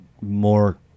more